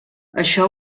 això